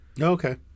okay